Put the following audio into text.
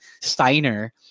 Steiner